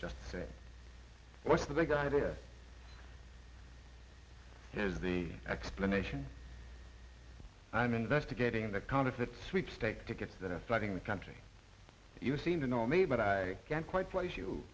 just say what's the big idea is the explanation i'm investigating the counterfeit sweepstake tickets that flooding the country you seem to know me but i can't quite place you